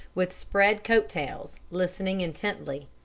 with spread coat-tails, listening intently.